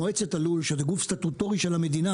מועצת הלול שזה גוף סטטוטורי של המדינה,